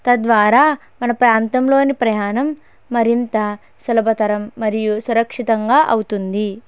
తద్వారా మన ప్రాంతంలోని ప్రయాణం మరింత సులభతరం మరియు సురక్షితంగా అవుతుంది